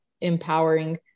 empowering